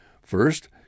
First